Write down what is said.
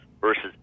versus